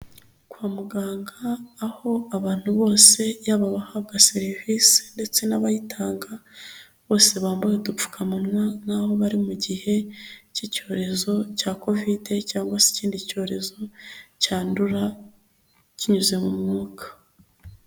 Kwa muganga aho abantu bose yaba abahaga serivisi ndetse n'abayitanga, bose bambaye udupfukamunwa nk'aho bari mu gihe cy'icyorezo cya Covid cyangwa se ikindi cyorezo cyandura kinyuze mu mwuka.